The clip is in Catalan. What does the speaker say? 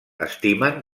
estimen